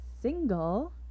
single